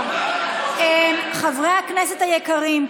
חברי הכנסת היקרים,